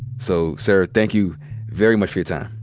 so sir, thank you very much for your time.